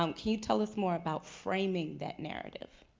um can you tell us more about framing that narrative?